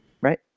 Right